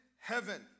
heaven